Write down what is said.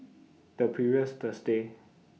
The previous Thursday